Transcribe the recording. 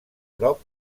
prop